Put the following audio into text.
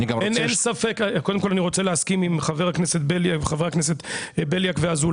אין ספק קודם כל אני רוצה להסכים עם חבר הכנסת בליאק וחבר הכנסת אזולאי,